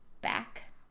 back